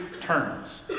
turns